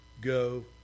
Go